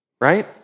Right